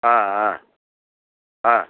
ಹಾಂ ಹಾಂ ಹಾಂ